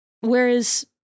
whereas